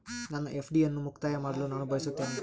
ನನ್ನ ಎಫ್.ಡಿ ಅನ್ನು ಮುಕ್ತಾಯ ಮಾಡಲು ನಾನು ಬಯಸುತ್ತೇನೆ